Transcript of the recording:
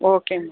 ஓகேங்க